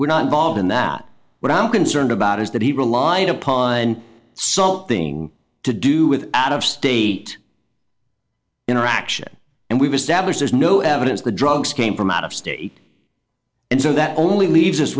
we're not involved in that but i'm concerned about is that he relied upon something to do with out of state interaction and we've established there's no evidence the drugs came from out of state and so that only leaves us